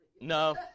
No